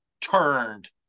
turned